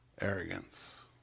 arrogance